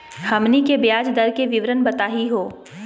हमनी के ब्याज दर के विवरण बताही हो?